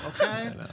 okay